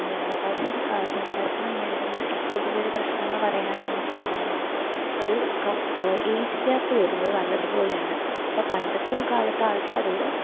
മലയാള ഭാഷ സംസാരിക്കുമ്പം നേരിടുന്ന ഏറ്റവും വലിയൊരു പ്രശ്നം എന്ന് പറയുന്നത് തന്നെ ഇപ്പം എന്താണ് ഒരു കം ഏയ്ജ് ഗ്യാപ്പ് വരുന്നത് നല്ലത്പോലെ ആണ് ഇപ്പം പണ്ടത്തെ ഒര് കാലത്ത് ആൾക്കാരോട്